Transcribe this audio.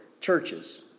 churches